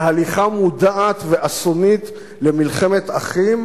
להליכה מודעת ואסונית למלחמת אחים,